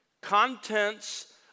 Contents